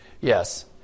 Yes